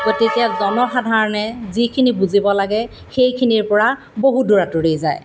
গতিকে জনসাধাৰণে যিখিনি বুজিব লাগে সেইখিনিৰ পৰা বহু দূৰ আঁতৰি যায়